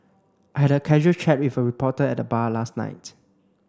I had a casual chat with a reporter at the bar last night